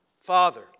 Father